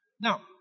Now